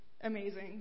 amazing